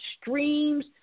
streams